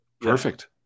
Perfect